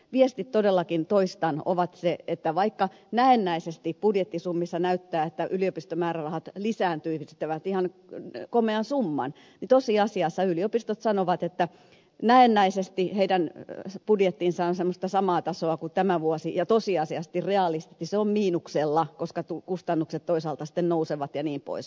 viesti todellakin toistan on se että vaikka näennäisesti budjettisummissa näyttää että yliopistomäärärahat lisääntyisivät ihan komean summan niin tosiasiassa yliopistot sanovat että näennäisesti niiden budjetti on semmoista samaa tasoa kuin tämä vuosi ja tosiasiasti reaalisti se on miinuksella koska kustannukset toisaalta sitten nousevat jnp